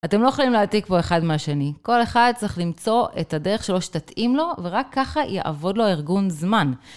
אתם לא יכולים להעתיק פה אחד מהשני. כל אחד צריך למצוא את הדרך שלו שתתאים לו, ורק ככה יעבוד לו הארגון זמן.